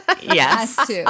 Yes